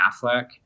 Affleck